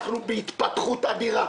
אנחנו בהתפתחות אדירה.